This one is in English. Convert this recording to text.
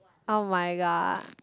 oh-my-god